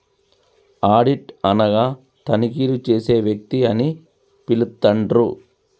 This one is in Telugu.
ఆడిట్ అనగా తనిఖీలు చేసే వ్యక్తి అని పిలుత్తండ్రు